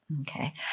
okay